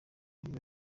biba